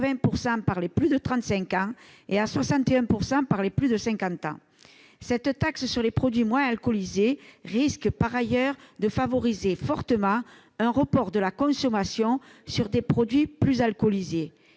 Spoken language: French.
par les plus de 35 ans et à 61 % par les plus de 50 ans. Par ailleurs, une taxe sur des produits moins alcoolisés risque de favoriser fortement un report de la consommation vers des produits plus alcoolisés,